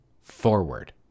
forward